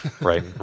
right